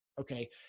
Okay